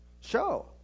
Show